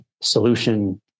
solution